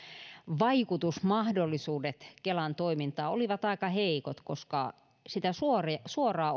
vaikutusmahdollisuudet kelan toimintaan olivat aika heikot koska suoraa suoraa